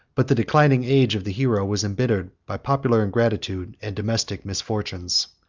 but the declining age of the hero was imbittered by popular ingratitude and domestic misfortunes.